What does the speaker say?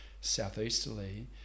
southeasterly